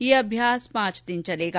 ये अभ्यास पांच दिन चलेगा